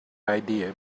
idea